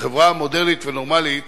בחברה מודרנית ונורמלית